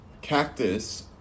cactus